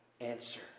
Answer